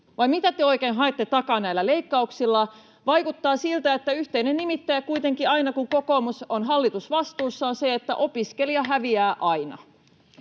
vai mitä te oikein haette takaa näillä leikkauksilla? Vaikuttaa siltä, että yhteinen nimittäjä kuitenkin aina, kun kokoomus on hallitusvastuussa, on se, että opiskelija häviää aina.